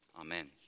Amen